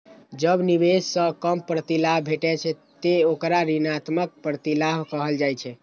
जब निवेश सं कम प्रतिलाभ भेटै छै, ते ओकरा ऋणात्मक प्रतिलाभ कहल जाइ छै